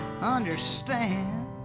understand